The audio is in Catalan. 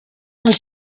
els